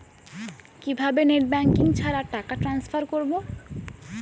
কিভাবে net banking ছাড়া টাকা ট্রান্সফার করবো?